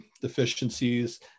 deficiencies